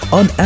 on